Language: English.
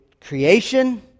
Creation